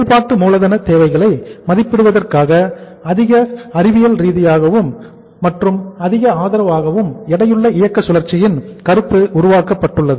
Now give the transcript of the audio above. செயல்பாட்டு மூலதன தேவைகளை மதிப்பிடுவதற்காக அதிக அறிவியல் ரீதியாகவும் மற்றும் அதிக ஆதரவாகவும் எடையுள்ள இயக்க சுழற்சியின் கருத்து உருவாக்கப்பட்டுள்ளது